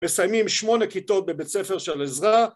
מסיימים שמונה כיתות בבית ספר של עזרה